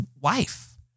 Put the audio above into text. wife